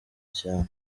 cyane